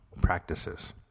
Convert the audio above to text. Practices